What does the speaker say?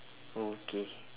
okay